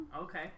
Okay